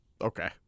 Okay